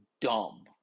dumb